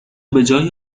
بجای